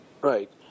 Right